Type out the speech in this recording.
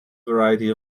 variety